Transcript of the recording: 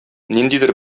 ниндидер